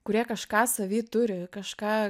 kurie kažką savy turi kažką